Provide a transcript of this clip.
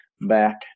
back